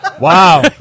Wow